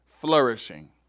flourishing